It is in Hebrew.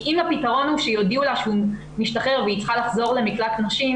כי אם הפתרון הוא שיודיעו לה שהוא משתחרר והיא צריכה לחזור למקלט נשים,